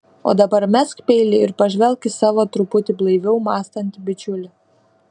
o dabar mesk peilį ir pažvelk į savo truputį blaiviau mąstantį bičiulį